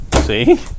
See